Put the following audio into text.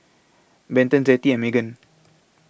Benton Zettie and Meghan